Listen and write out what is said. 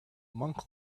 monk